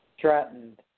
threatened